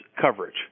coverage